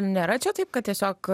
nėra čia taip kad tiesiog